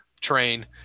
train